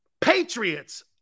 Patriots